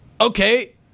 Okay